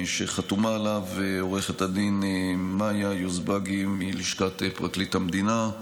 שחתומה עליו עו"ד מאיה יוזבגי מלשכת פרקליט המדינה,